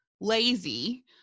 lazy